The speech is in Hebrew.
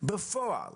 בפועל